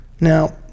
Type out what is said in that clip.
Now